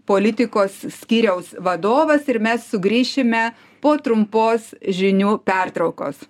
politikos skyriaus vadovas ir mes sugrįšime po trumpos žinių pertraukos